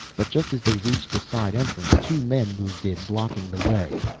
but just as they reached the side entrance two men moved in, blocking the way.